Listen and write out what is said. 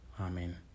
Amen